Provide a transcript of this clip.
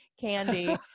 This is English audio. candy